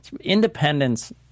Independence